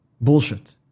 bullshit